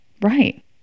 Right